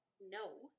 no